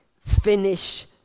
Finish